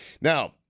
Now